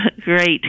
great